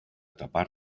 tapar